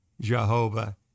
Jehovah